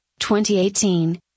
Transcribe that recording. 2018